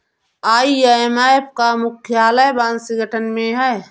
IMF का मुख्यालय Washington में है